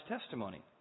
testimony